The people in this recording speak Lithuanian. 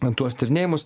na tuos tyrinėjimus